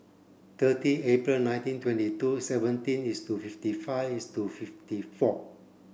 thirty April nineteen twenty two seventeen is to fifty five is to fifty four